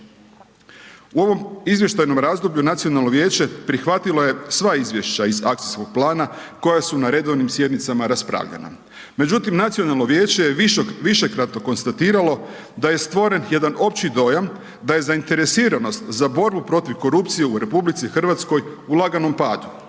U ovom izvještajnom razdoblju nacionalno vijeće prihvatilo je sva izvješća iz akcijskog plana koja su na redovnim sjednicama raspravljana. Međutim, nacionalno vijeće je višekratno konstatiralo da je stvoren jedan opći dojam da je zainteresiranost za borbu protiv korupcije u RH u laganom padu.